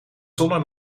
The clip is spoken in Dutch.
zonder